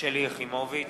שלי יחימוביץ,